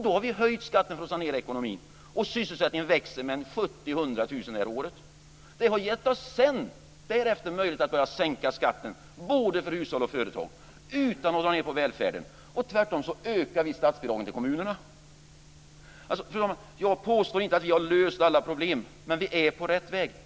Vi har höjt skatten för att sanera ekonomin, och sysselsättningen växer med 70 000-100 000 personer det här året. Därefter blir det möjligt att börja sänka skatten, både för hushåll och för företag och utan att dra ned på välfärden. Tvärtom ökar vi statsbidragen till kommunerna. Fru talman! Jag påstår inte att vi har löst alla problem, men vi är på rätt väg.